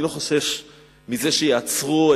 אני לא חושש מזה שיעצרו,